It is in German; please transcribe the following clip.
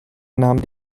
nahm